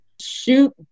shoot